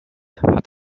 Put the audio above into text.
hat